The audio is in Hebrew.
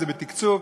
זה בתקצוב.